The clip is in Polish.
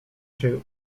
się